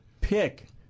pick